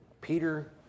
Peter